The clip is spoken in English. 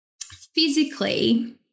physically